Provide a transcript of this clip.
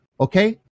Okay